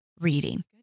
reading